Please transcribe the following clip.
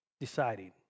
deciding